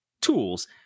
tools